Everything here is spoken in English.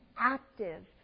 active